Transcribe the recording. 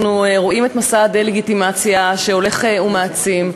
אנחנו רואים את מסע הדה-לגיטימציה שהולך ומעצים.